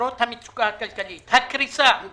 למרות המצוקה הכלכלית והקריסה של